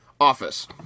office